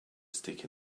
stick